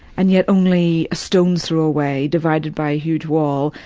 and yet only a stones throw away, divided by a huge wall,